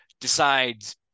decides